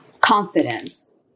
confidence